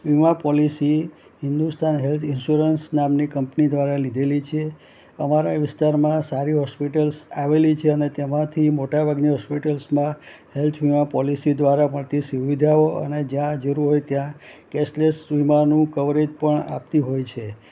વીમા policy Hindustan health insurance નામની company દ્વારા લીધેલી છે અમારા વિસ્તારમાં સારી હોસ્પિટલ્સ આવેલી છે અને તેમાંથી મોટા ભાગની હોસ્પિટલ્સમાં હેલ્થ વીમા પોલિસી દ્વારા મળતી સુવિધાઓ અને જ્યાં જરૂર હોય ત્યાં કેશલેસ વીમાનું કવરેજ પણ આપતી હોય છે